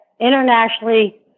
internationally